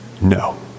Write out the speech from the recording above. No